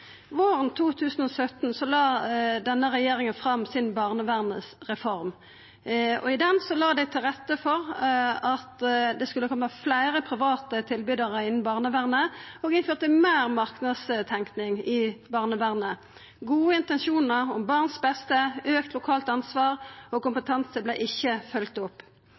Våren 2017 la denne regjeringa fram ei barnevernsreform. I den la dei til rette for at det skulle koma fleire private tilbydarar inn i barnevernet, og at vi skulle få meir marknadstenking i barnevernet. Gode intensjonar om barns beste, auka lokalt ansvar og kompetanse vart ikkje følgde opp.